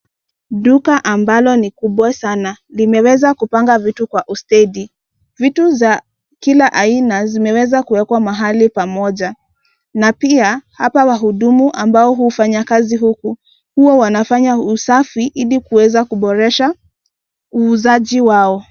Duka ambalo ni kubwa sana, limeweza kupanga vitu kwa ustedi. Vitu za kila aina, zimeweza kuwekwa mahali pamoja. Na pia, apa wahudumu ambao huu fanya kazi huku, huwa wanafanya usafi ili kuweza kuboresha uuzaji wao.